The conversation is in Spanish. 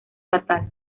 fatal